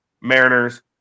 Mariners